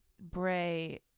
Bray